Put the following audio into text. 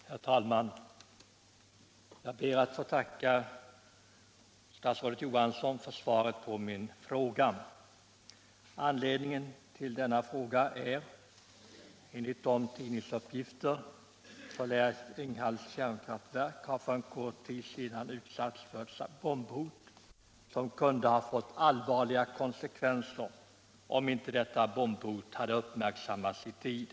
Herr talman! Jag ber att få tacka statsrådet Johansson för svaret på min fråga. Anledningen till denna är att Ringhals kärnkraftverk enligt tidningsuppgifter för kort tid sedan utsatts för hot om bombattentat, som kunde ha fått allvarliga konsekvenser om det inte uppmärksammats i tid.